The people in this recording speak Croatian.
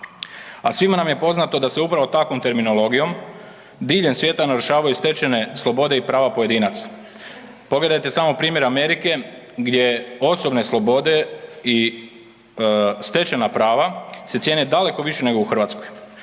A svima nam je poznato da se upravo takvom terminologijom diljem svijeta narušavaju stečene slobode i prava pojedinaca. Pogledajte samo primjer Amerike gdje osobne slobode i stečena prava se cijene daleko više nego u Hrvatskoj.